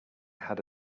had